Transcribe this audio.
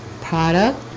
product